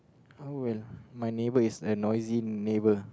oh well my neighbour is a noisy neighbour